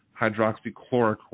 hydroxychloroquine